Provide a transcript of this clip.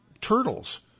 turtles